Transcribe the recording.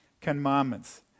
Commandments